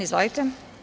Izvolite.